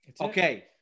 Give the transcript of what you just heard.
okay